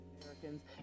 Americans